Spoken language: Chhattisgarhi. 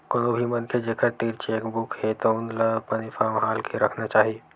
कोनो भी मनखे जेखर तीर चेकबूक हे तउन ला बने सम्हाल के राखना चाही